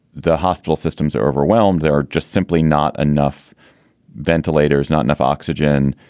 the hospital systems are overwhelmed. they are just simply not enough ventilators, not enough oxygen,